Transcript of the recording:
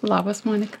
labas monika